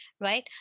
right